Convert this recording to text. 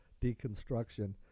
deconstruction